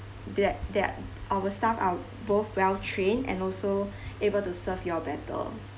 that that our staff are both well trained and also able to serve you all better